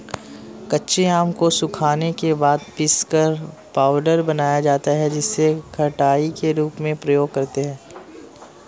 कच्चे आम को सुखाने के बाद पीसकर पाउडर बनाया जाता है जिसे खटाई के रूप में प्रयोग करते है